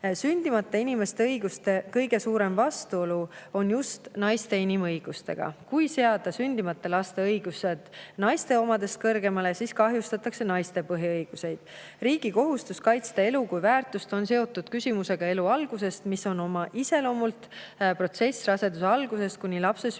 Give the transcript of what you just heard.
Sündimata inimeste õigused on kõige suuremas vastuolus just naiste inimõigustega. Kui seada sündimata laste õigused naiste omadest kõrgemale, siis kahjustatakse naiste põhiõigusi. Riigi kohustus kaitsta elu kui väärtust on seotud küsimusega elu algusest, mis on oma iseloomult protsess raseduse algusest kuni lapse sünnini.